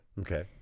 Okay